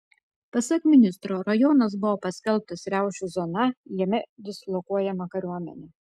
pasak ministro rajonas buvo paskelbtas riaušių zona jame dislokuojama kariuomenė